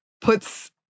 puts